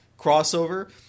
crossover